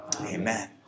Amen